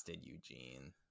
Eugene